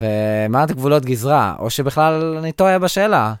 מעט גבולות גזרה, או שבכלל אני טועה בשאלה.